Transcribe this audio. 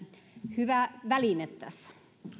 hyvä väline tässä